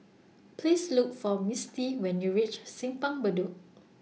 Please Look For Misti when YOU REACH Simpang Bedok